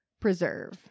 Preserve